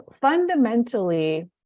Fundamentally